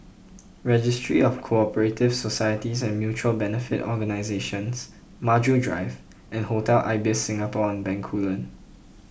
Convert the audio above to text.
registry of Co Operative Societies and Mutual Benefit Organisations Maju Drive and Hotel Ibis Singapore on Bencoolen